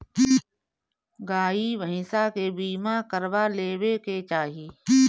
गाई भईसा के बीमा करवा लेवे के चाही